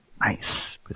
nice